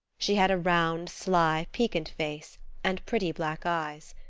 she had a round, sly, piquant face and pretty black eyes.